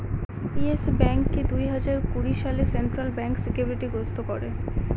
yes ব্যাঙ্ককে দুই হাজার কুড়ি সালে সেন্ট্রাল ব্যাঙ্ক সিকিউরিটি গ্রস্ত করে